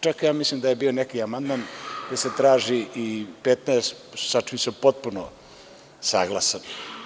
Čak ja mislim da je bio neki amandman gde se traži i 15, sa čime sam potpuno saglasan.